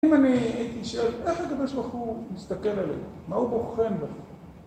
אם אני הייתי שואל, איך הקדוש ברוך הוא מסתכל עלינו? מה הוא בוחן בנו?